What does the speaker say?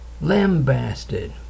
lambasted